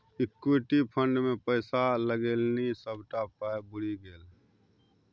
equity fund मे पैसा लगेलनि सभटा पाय बुरि गेल